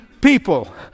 people